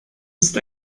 ist